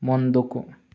ముందుకు